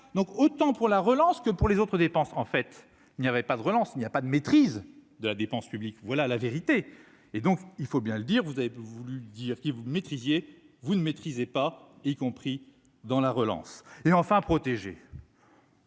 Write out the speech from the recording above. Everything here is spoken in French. donc autant pour la relance que pour les autres dépenses, en fait, il n'y avait pas de relance, il n'y a pas de maîtrise. De la dépense publique, voilà la vérité, et donc il faut bien le dire, vous avez voulu dire qui vous maîtrisiez vous ne maîtrisez pas, y compris dans la relance et enfin protéger.